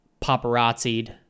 paparazzi'd